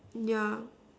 yeah